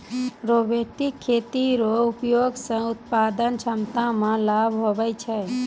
robotic खेती रो उपयोग से उत्पादन क्षमता मे लाभ हुवै छै